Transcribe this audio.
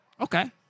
Okay